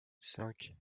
cinq